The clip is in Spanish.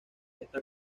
está